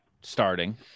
starting